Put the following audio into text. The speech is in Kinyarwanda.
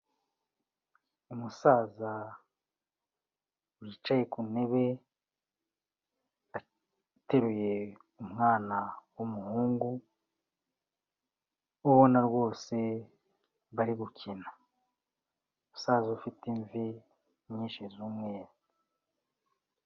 Umusaza wicaye ku ntebe, ateruye umwana w'umuhungu, ubona rwose bari gukina umusaza ufite imvi nyinshi z'umyeru.